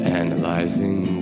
analyzing